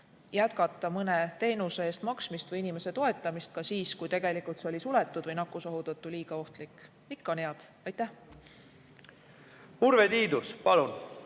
jätkata mõne teenuse eest maksmist või inimese toetamist ka siis, kui tegelikult see oli suletud või nakkusohu tõttu liiga ohtlik. Ikka on head. Suur